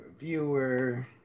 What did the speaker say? Reviewer